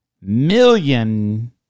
Million